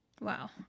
wow